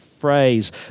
Phrase